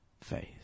faith